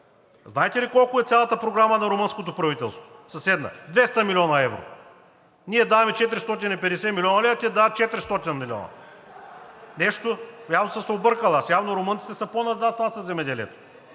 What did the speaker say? Знаете ли колко е цялата програма на румънското правителство? Двеста милиона евро. Ние даваме 450 млн. лв., те дават 200 милиона. Нещо? Явно аз съм се объркал. Явно румънците са по-назад от нас със земеделието.